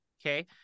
Okay